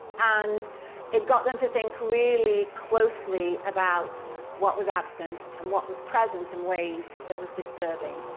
and it got them to think really closely about what was absent and what was present in ways that was disturbing,